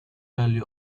value